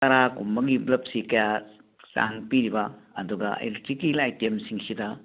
ꯕ꯭ꯂꯕꯁꯤ ꯀꯌꯥ ꯆꯥꯡ ꯄꯤꯔꯤꯕ ꯑꯗꯨꯒ ꯏꯂꯦꯛꯇ꯭ꯔꯤꯛꯀꯤ ꯑꯥꯏꯇꯦꯝꯁꯤꯡꯁꯤꯗ